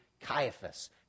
Caiaphas